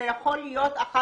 זה יכול להיות אחד